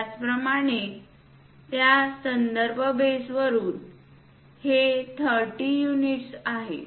त्याचप्रमाणे त्या संदर्भ बेस वरुन हे 30 युनिटवर आहे